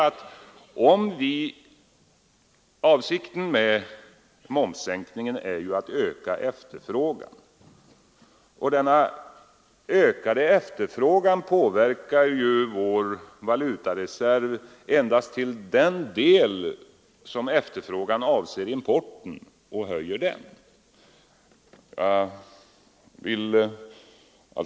Avsikten med momssänkningen är ju att öka efterfrågan, och denna ökade efterfrågan påverkar vår valutareserv endast till den del som efterfrågan avser importen och ökar den.